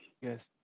Yes